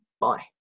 Bye